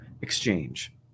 exchange